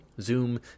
Zoom